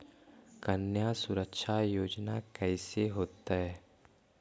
कन्या सुरक्षा योजना कैसे होतै?